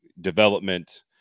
development